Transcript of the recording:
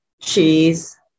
cheese